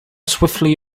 swiftly